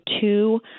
two